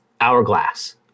hourglass